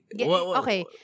Okay